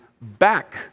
back